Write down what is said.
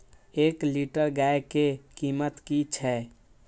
एक लीटर गाय के कीमत कि छै?